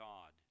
God